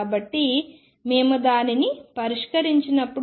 కాబట్టి మేము దానిని పరిష్కరించినప్పుడు